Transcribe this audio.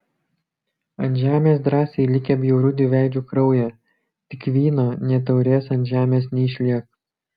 ant žemės drąsiai likę bjaurių dviveidžių kraują tik vyno nė taurės ant žemės neišliek